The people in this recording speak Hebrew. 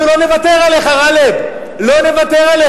אנחנו לא נוותר עליך, גאלב, לא נוותר עליך.